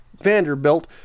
Vanderbilt